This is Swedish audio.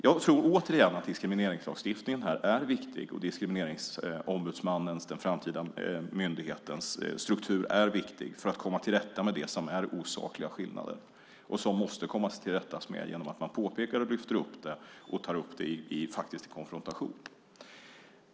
Jag tror återigen att diskrimineringslagstiftningen och diskrimineringsombudsmannen - den framtida myndighetens struktur - är viktig för att komma till rätta med det som är osakliga skillnader och som man måste komma till rätta med genom att detta påpekas och tas upp i konfrontation.